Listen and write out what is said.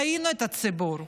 ראינו את הציבור,